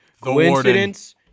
Coincidence